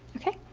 okay.